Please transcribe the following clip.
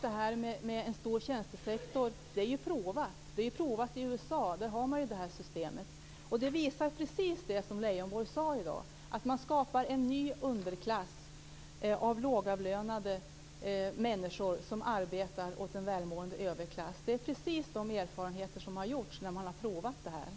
En stor tjänstesektor är ju provat i USA, där man har detta system. Det visar precis det som Leijonborg sade i dag, att man skapar en ny underklass av lågavlönade människor som arbetar åt en välmående överklass. Det är precis de erfarenheter som har gjorts när man har provat detta.